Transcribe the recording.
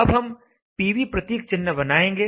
अब हम पीवी प्रतीक चिन्ह बनाएंगे